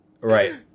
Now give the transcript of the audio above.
Right